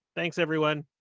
thanks, everyone.